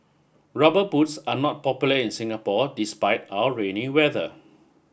rubber boots are not popular in Singapore despite our rainy weather